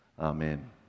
Amen